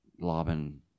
lobbing